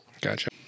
Gotcha